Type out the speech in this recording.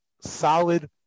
solid